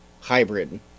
hybrid